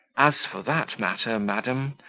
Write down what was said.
as for that matter, madam,